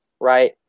right